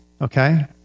Okay